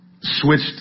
switched